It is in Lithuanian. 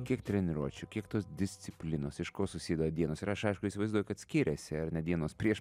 kiek treniruočių kiek tos disciplinos iš ko susideda dienos ir aš aišku įsivaizduoju kad skiriasi ar ne dienos prieš